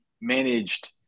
managed –